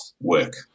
work